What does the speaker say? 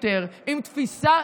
בעד אוריאל בוסו,